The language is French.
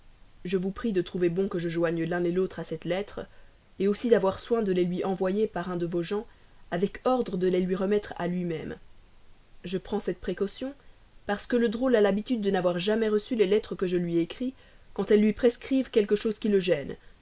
je vous prie de trouver bon que je joigne l'un l'autre à cette lettre aussi d'avoir soin de les lui envoyer par un de vos gens avec ordre de les lui remettre à lui-même je prends cette précaution parce que le drôle a l'habitude de n'avoir jamais reçu les lettres que je lui écris quand elles lui prescrivent quelque chose qui le gêne